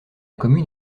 commune